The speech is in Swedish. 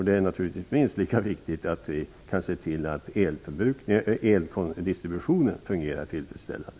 Det är naturligtvis lika viktigt att vi kan se till att eldistributionen fungerar tillfredsställande.